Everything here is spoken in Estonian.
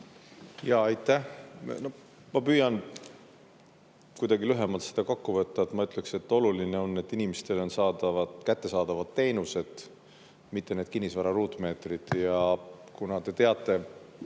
Aitäh! Ma püüan kuidagi lühemalt seda kokku võtta. Ma ütleksin, et oluline on, et inimestele on kätte saadavad teenused, mitte need kinnisvara ruutmeetrid. Kuna te teate